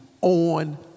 on